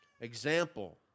example